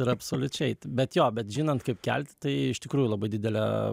ir absoliučiai bet jo bet žinant kaip kelti tai iš tikrųjų labai didelę